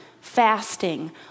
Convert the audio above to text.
fasting